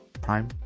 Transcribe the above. Prime